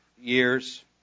years